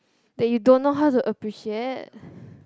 that you don't know how to appreciate